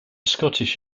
scottish